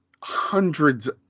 Hundreds